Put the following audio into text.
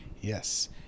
Yes